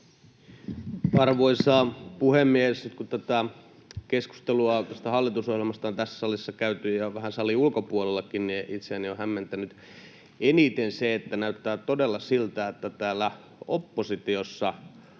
Arvoisa puhemies! Nyt kun tätä keskustelua tästä hallitusohjelmasta on tässä salissa käyty ja vähän salin ulkopuolellakin, niin itseäni on hämmentänyt eniten se, että näyttää todella siltä, että täällä oppositiossa